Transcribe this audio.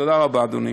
תודה רבה, אדוני.